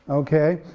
okay?